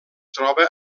troba